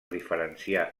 diferenciar